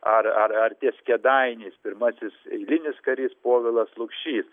ar ar ar ties kėdainiais pirmasis eilinis karys povilas lukšys